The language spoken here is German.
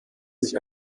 sich